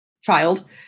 child